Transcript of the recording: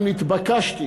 התבקשתי